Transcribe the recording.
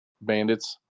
bandits